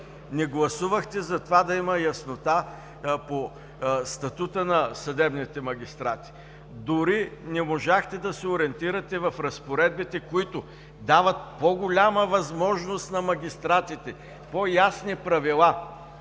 Не гласувахте да има яснота по статута на съдебните магистрати. Дори не можахте да се ориентирате в разпоредбите, които дават по-голяма възможност на магистратите, по-ясни правила